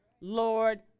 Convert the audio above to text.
Lord